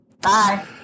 Bye